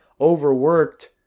overworked